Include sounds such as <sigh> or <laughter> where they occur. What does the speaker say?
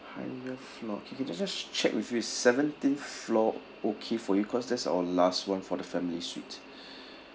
higher floor okay can I just check with you is seventeenth floor okay for you cause that's our last one for the family suite <breath>